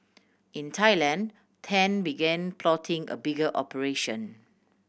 in Thailand Tan began plotting a bigger operation